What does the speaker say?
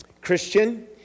Christian